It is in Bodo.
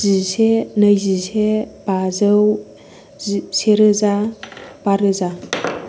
जिसे नैजिसे बाजौ से रोजा बा रोजा